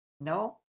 No